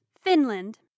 Finland